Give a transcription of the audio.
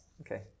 Okay